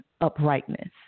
uprightness